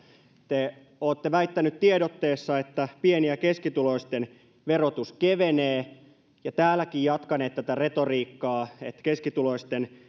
te olette väittäneet tiedotteessa että pieni ja keskituloisten verotus kevenee ja täälläkin jatkaneet tätä retoriikkaa että keskituloisten